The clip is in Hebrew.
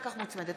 (תיקון מס' 5),